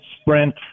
sprint